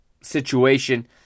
situation